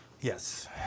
Yes